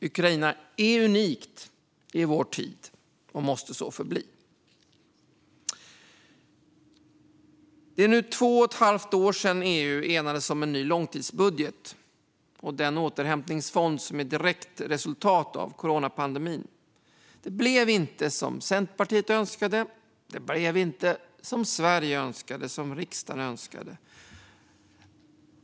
Ukraina är unikt i vår tid, och måste så förbli. Det är nu två och ett halvt år sedan EU 2020 enades om en ny långtidsbudget och den återhämtningsfond som är ett direkt resultat av coronapandemin. Resultatet blev inte som Centerpartiet önskade och inte heller som Sverige, riksdagen, önskade.